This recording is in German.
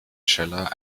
schoeller